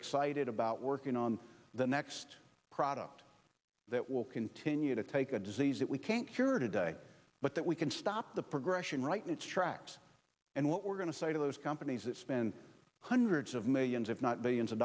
excited about working on the next product that will continue to take a disease that we can't cure today but that we can stop the progression right in its tracks and what we're going to say to those companies that spend hundreds of millions if not billions of